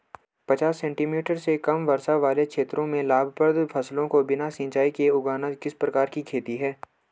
पचास सेंटीमीटर से कम वर्षा वाले क्षेत्रों में लाभप्रद फसलों को बिना सिंचाई के उगाना किस प्रकार की खेती है?